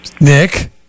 Nick